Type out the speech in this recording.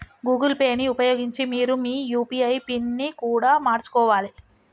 Google Pay ని ఉపయోగించి మీరు మీ యూ.పీ.ఐ పిన్ని కూడా మార్చుకోవాలే